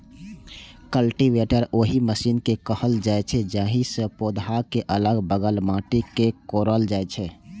cultivator ओहि machine कें कहल जाइ छै, जाहि सं पौधाक अलग बगल माटि कें कोड़ल जाइ छै